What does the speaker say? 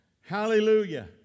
hallelujah